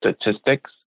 statistics